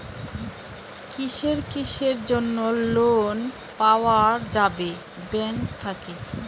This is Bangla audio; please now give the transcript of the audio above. কিসের কিসের জন্যে লোন পাওয়া যাবে ব্যাংক থাকি?